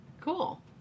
Cool